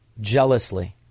jealously